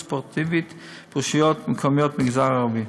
ספורטיביות ברשויות מקומיות במגזר הערבי.